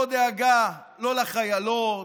לא דאגה, לא לחיילות,